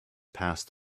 passed